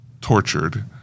tortured